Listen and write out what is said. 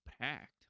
packed